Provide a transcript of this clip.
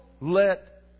let